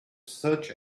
search